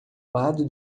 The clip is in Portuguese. lado